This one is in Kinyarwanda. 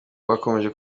bakomeje